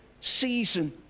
season